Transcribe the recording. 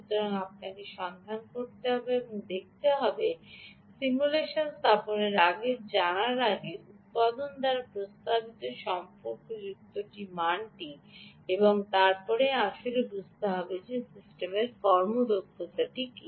সুতরাং আপনাকে সন্ধান করতে এবং দেখতে হতে পারে সিমুলেশন স্থাপনের আগে জানার আগে উৎপাদন দ্বারা প্রস্তাবিত উপযুক্ত মানটি কী এবং তারপরে আসলে বুঝতে হবে সিস্টেমের কর্মক্ষমতা কি